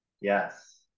Yes